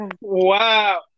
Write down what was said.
Wow